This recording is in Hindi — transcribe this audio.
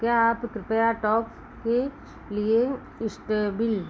क्या आप कृप्या टॉक के लिए इस्तबेल